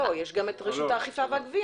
לא, יש גם את רשות האכיפה והגבייה.